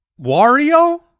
Wario